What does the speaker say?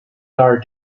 are